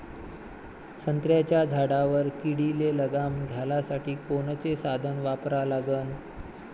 संत्र्याच्या झाडावर किडीले लगाम घालासाठी कोनचे साधनं वापरा लागन?